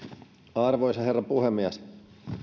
arvoisa herra puhemies